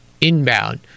inbound